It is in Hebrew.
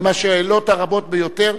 הן השאלות הרבות ביותר.